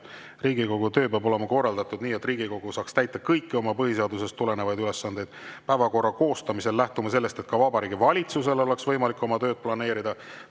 Riigikogu töö peab olema korraldatud nii, et Riigikogu saaks täita kõiki oma põhiseadusest tulenevaid ülesandeid. Päevakorra koostamisel lähtume sellest, et ka Vabariigi Valitsusel oleks võimalik oma tööd planeerida.